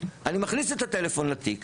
אני מכניס את הטלפון לתיק,